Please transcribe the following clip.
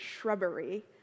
shrubbery